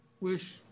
wish